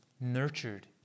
nurtured